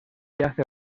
hace